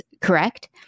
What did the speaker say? correct